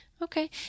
Okay